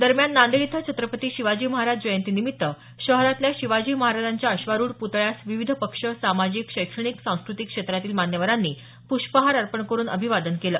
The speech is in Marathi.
दरम्यान नांदेड इथं छत्रपती शिवाजी महाराज जयंती निमित्त शहरातल्या शिवाजी महाराजांच्या अश्वारूढ पुतळ्यास विविध पक्ष सामाजिक शैक्षणिक सांस्कृतिक क्षेत्रातील मान्यवरांनी पुष्पहार अर्पण करून अभिवादन केलं